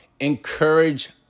Encourage